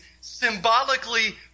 symbolically